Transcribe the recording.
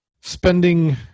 spending